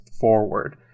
forward